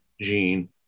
gene